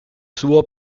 suo